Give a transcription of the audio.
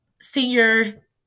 senior